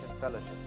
Fellowship